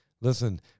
Listen